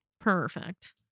perfect